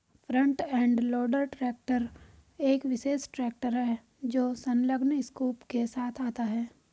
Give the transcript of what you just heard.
front end loader tractor एक विशेष tractor है जो संलग्न स्कूप के साथ आता है